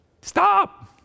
Stop